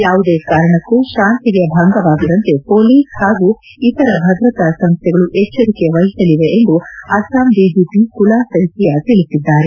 ಯಾವುದೇ ಕಾರಣಕ್ಕೂ ಶಾಂತಿಗೆ ಭಂಗವಾಗದಂತೆ ಪೊಲೀಸ್ ಹಾಗೂ ಇತರ ಭದ್ರತಾ ಸಂಸ್ಲೆಗಳು ಎಚ್ಚರಿಕೆ ವಹಿಸಲಿವೆ ಎಂದು ಅಸ್ತಾಂ ಡಿಜೆಪಿ ಕುಲಾ ಸ್ಟೆಕಿಯಾ ತಿಳಿಸಿದ್ದಾರೆ